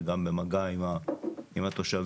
וגם במגע עם התושבים